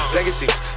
Legacies